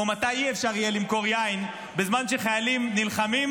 מתי לא יהיה אפשר למכור יין בזמן שחיילים נלחמים,